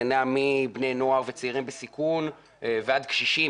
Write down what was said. זה נע מבני נוער וצעירים בסיכון ועד קשישים.